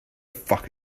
fuck